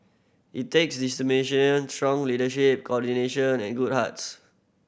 it takes strong leadership coordination and good hearts